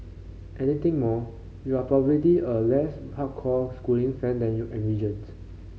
anything more you are probably a less hardcore schooling fan than you envisioned